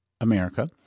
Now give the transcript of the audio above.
America